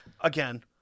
Again